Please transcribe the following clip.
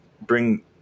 bring